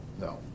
no